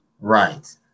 Right